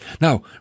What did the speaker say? Now